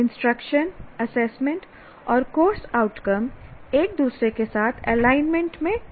instruction assessment और course outcome एक दूसरे के साथ एलाइनमेंट में होने चाहिए